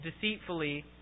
deceitfully